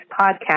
podcast